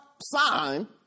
sign